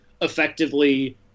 effectively